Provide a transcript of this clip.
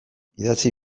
idatzi